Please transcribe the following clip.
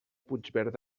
puigverd